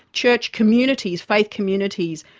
church communities, faith communities,